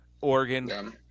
Oregon